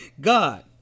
God